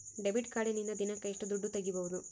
Debit ಕಾರ್ಡಿನಿಂದ ದಿನಕ್ಕ ಎಷ್ಟು ದುಡ್ಡು ತಗಿಬಹುದು?